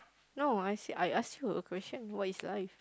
no I said I asked you a question what is life